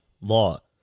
law